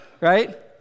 right